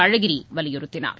அழகிரி வலியுறுத்தினார்